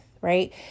right